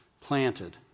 Planted